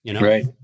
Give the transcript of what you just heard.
Right